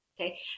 Okay